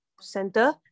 center